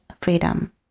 freedom